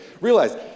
Realize